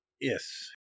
Yes